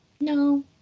no